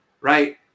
right